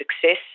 success